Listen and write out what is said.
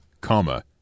comma